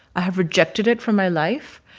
i have rejected it from my life.